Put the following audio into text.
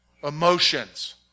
Emotions